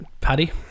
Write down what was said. paddy